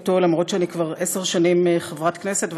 אף שאני כבר עשר שנים חברת כנסת,